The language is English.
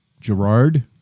Gerard